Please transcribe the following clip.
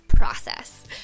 process